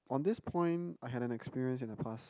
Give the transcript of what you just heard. on this point I had an experience in the past